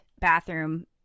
bathroom